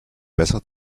besser